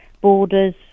borders